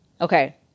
Okay